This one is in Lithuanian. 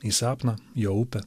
į sapną į jo upę